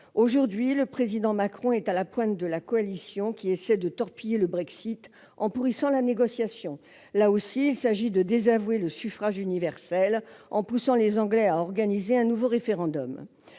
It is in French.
République, M. Macron, est à la pointe de la coalition qui essaye de torpiller le Brexit en pourrissant la négociation. Il s'agit encore de désavouer le suffrage universel, en poussant les Britanniques à organiser un nouveau référendum.